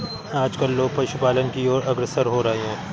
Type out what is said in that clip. आजकल लोग पशुपालन की और अग्रसर हो रहे हैं